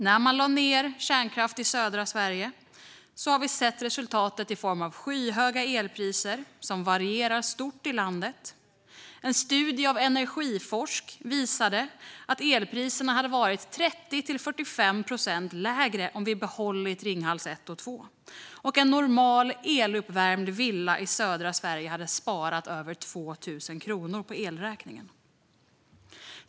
När man lade ned kärnkraft i södra Sverige blev resultatet skyhöga elpriser som varierar stort i landet. En studie som är gjord av Energiforsk visar att elpriserna hade varit mellan 30-45 procent lägre om vi hade behållit Ringhals 1 och 2, och en normal eluppvärmd villa i södra Sverige hade sparat över 2 000 kronor på elräkningen.